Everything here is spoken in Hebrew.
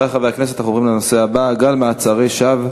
אנחנו עוברים לנושא הבא: גל מעצרי שווא